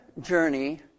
journey